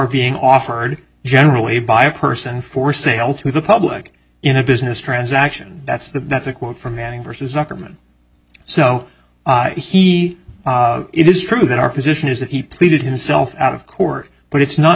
being offered generally by a person for sale to the public in a business transaction that's the that's a quote from manning versus aquaman so he it is true that our position is that he pleaded himself out of court but it's not